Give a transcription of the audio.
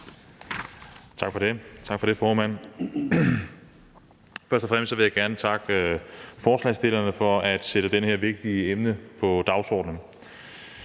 Roug (S): Tak for det, formand. Først og fremmest vil jeg gerne takke forslagsstillerne for at sætte dette vigtige emne på dagsordenen.